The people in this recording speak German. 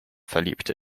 verliebt